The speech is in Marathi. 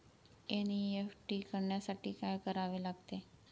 एन.ई.एफ.टी करण्यासाठी काय करावे लागते?